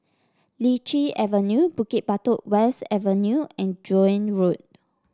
Lichi Avenue Bukit Batok West Avenue and Joan Road